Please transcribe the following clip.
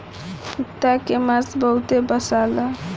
कुता के मांस बहुते बासाला